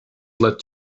let